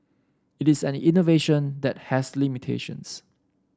it is an innovation that has limitations